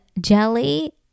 jelly